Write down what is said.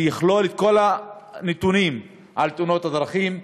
שיכלול את כל הנתונים על תאונות הדרכים.